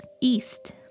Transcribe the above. east